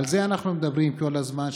על זה אנחנו מדברים כל הזמן,